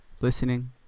listening